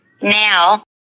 now